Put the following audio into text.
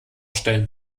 stellen